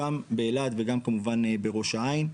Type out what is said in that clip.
גם באלעד וגם כמובן בראש העין,